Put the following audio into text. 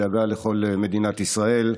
בדאגה לכל מדינת ישראל.